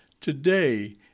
Today